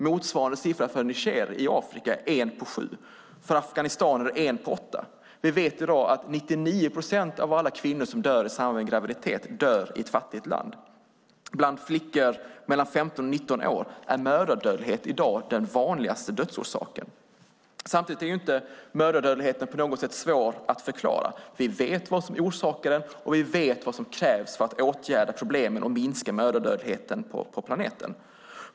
Motsvarande siffra för Niger i Afrika är en på sju. För Afghanistan är det en på åtta. Vi vet i dag att 99 procent av alla kvinnor som dör i samband med graviditet dör i ett fattigt land. Bland flickor mellan 15 och 19 år är mödradödlighet i dag den vanligaste dödsorsaken. Samtidigt är mödradödligheten inte på något sätt svår att förklara. Vi vet vad som orsakar den, och vi vet vad som krävs för att åtgärda problemen och minska mödradödligheten på planeten.